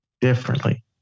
differently